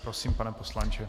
Prosím, pane poslanče.